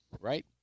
right